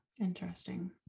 Interesting